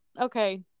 okay